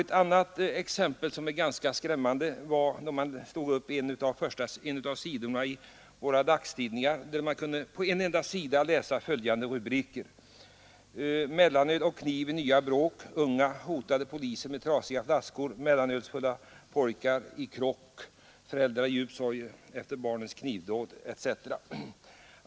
Ett annat exempel som ger en skrämmande bild är följande rubriker som man kunde läsa på en enda sida i en av dagstidningarna i vårt land häromdagen: ”Mellanöl och kniv i nya bråk”, ”Unga hotade polisen med trasiga flaskor”, ”Mellanölsfulla pojkar i krock”, ”Föräldrar i djup sorg efter barnens knivdåd”.